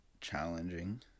challenging